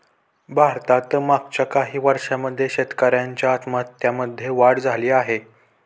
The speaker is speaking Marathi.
भारतात मागच्या काही वर्षांमध्ये शेतकऱ्यांच्या आत्महत्यांमध्ये वाढ झाली आहे